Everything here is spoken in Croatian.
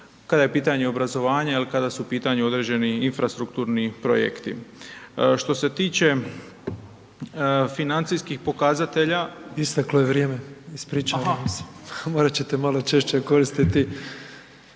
kada je pitanje obrazovanje, kada su u pitanju određeni infrastrukturni projekti. Što se tiče financijskih pokazatelja … **Petrov, Božo (MOST)** Isteklo je vrijeme. Ispričavam se, morat ćete malo češće koristiti